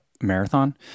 marathon